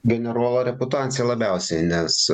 generolo reputacija labiausiai nes